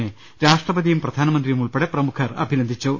വിനെ രാഷ്ട്രപതിയും പ്രധാനമന്ത്രിയും ഉൾപ്പെടെ പ്രമുഖർ അഭിനന്ദിച്ചു